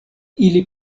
ili